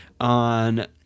on